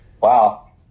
Wow